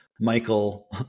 Michael